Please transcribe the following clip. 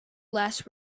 less